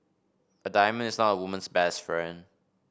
a diamond is not a woman's best friend